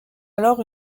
alors